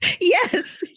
Yes